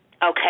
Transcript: Okay